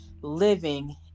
living